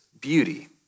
beauty